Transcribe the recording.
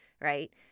right